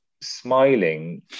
smiling